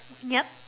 yup